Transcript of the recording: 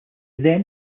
then